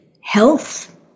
health